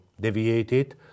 deviated